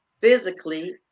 physically